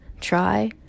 Try